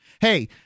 Hey